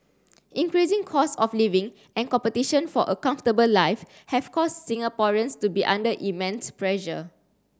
increasing costs of living and competition for a comfortable life have caused Singaporeans to be under immense pressure